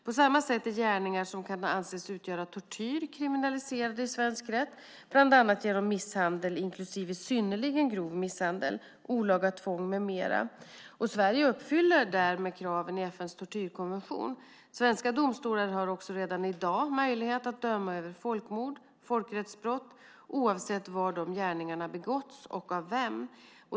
På samma sätt är gärningar som kan anses utgöra tortyr kriminaliserade i svensk rätt, bland annat genom misshandel inklusive synnerligen grov misshandel, olaga tvång med mera. Sverige uppfyller därmed kraven i FN:s tortyrkonvention. Svenska domstolar har också redan i dag möjlighet att döma över folkmord och folkrättsbrott, oavsett var dessa gärningar begåtts och av vem.